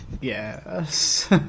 Yes